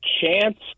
chance